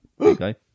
Okay